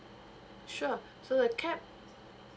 sure so the cap